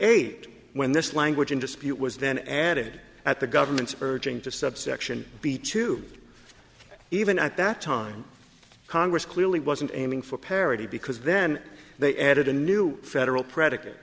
eight when this language in dispute was then added at the government's urging to subsection b to even at that time congress clearly wasn't aiming for parity because then they added a new federal predicate